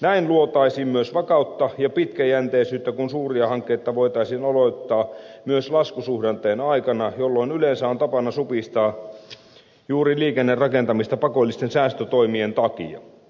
näin luotaisiin myös vakautta ja pitkäjänteisyyttä kun suuria hankkeita voitaisiin aloittaa myös laskusuhdanteen aikana jolloin yleensä on tapana supistaa juuri liikennerakentamista pakollisten säästötoimien takia